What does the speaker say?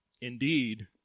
Indeed